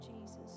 Jesus